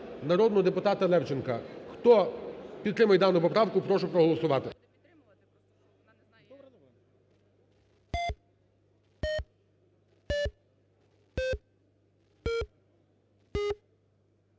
народного депутата Левченка. Хто підтримує дану поправку, прошу проголосувати.